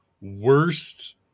worst